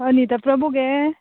अनिता प्रबू गे